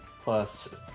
plus